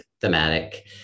thematic